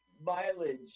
Mileage